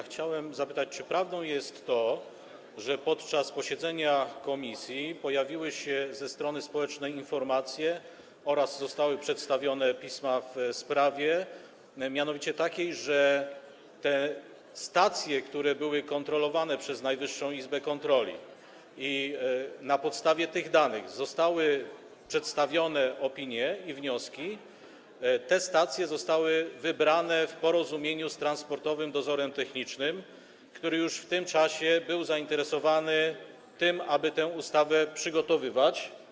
Chciałem zapytać, czy prawdą jest to, że podczas posiedzenia komisji pojawiły się ze strony społecznej informacje oraz zostały przedstawione pisma w takiej mianowicie sprawie, że te stacje, które były kontrolowane przez Najwyższą Izbę Kontroli - na podstawie tych danych zostały przedstawione opinie i wnioski - zostały wybrane w porozumieniu z Transportowym Dozorem Technicznym, który już w tym czasie był zainteresowany tym, aby tę ustawę przygotowywać.